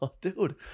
Dude